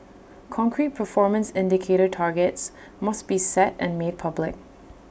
concrete performance indicator targets must be set and made public